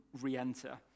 re-enter